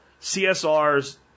CSRs